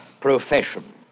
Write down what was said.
profession